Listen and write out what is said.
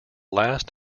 last